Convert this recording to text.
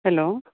hello